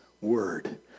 word